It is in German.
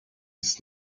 ist